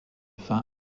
fin